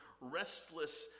restless